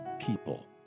people